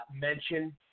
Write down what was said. mention